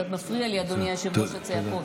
קצת מפריעות לי, אדוני היושב-ראש, הצעקות.